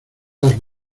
las